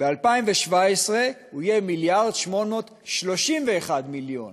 ב-2017 הוא יהיה 1.831 מיליארד.